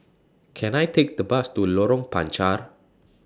Can I Take The Bus to Lorong Panchar